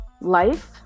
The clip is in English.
life